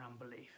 unbelief